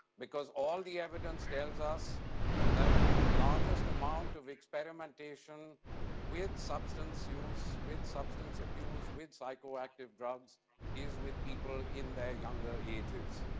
because all the evidence tells us that the largest amount of experimentation with substance use, with substance abuse, with psychoactive drugs is with people in their younger ages.